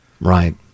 Right